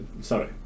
Sorry